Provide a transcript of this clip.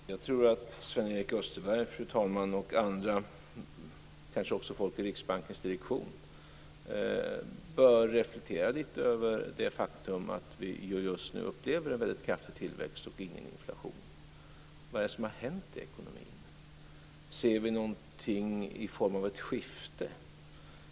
Fru talman! Jag tror att Sven-Erik Österberg, andra och kanske också folk i Riksbankens direktion bör reflektera lite över det faktum att vi just nu upplever en väldigt kraftig tillväxt och ingen inflation. Vad är det som har hänt i ekonomin? Ser vi någonting i form av ett skifte?